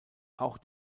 auch